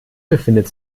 befindet